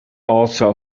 also